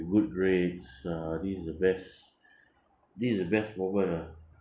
good grades uh this is the best this is the best moment ah